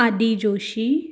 Aadi Joshi